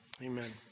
Amen